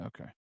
Okay